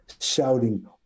shouting